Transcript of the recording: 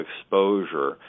exposure